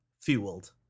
Fueled